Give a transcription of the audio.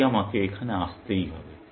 তাই আমাকে এখানে আসতেই হবে